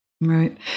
Right